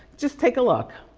just take a look.